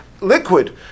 liquid